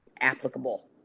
applicable